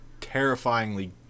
terrifyingly